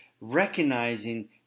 recognizing